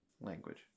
Language